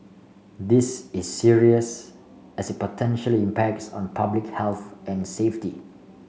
this is serious as potentially impacts on public health and safety